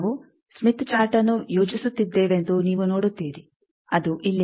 ನಾವು ಸ್ಮಿತ್ ಚಾರ್ಟ್ಅನ್ನು ಯೋಜಿಸುತ್ತಿದ್ದೇವೆಂದು ನೀವು ನೋಡುತ್ತೀರಿ ಅದು ಇಲ್ಲಿದೆ